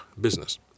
business